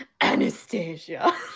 Anastasia